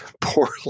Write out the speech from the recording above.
poorly